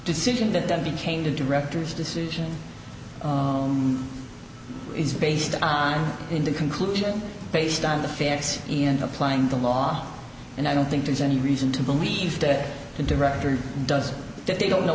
decision that then became the director's decision is based on in the conclusion based on the facts in applying the law and i don't think there's any reason to believe that the director does that they don't know